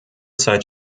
zeit